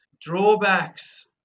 Drawbacks